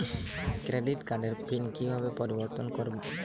Credit কার্ডের pin কিভাবে পরিবর্তন করবো?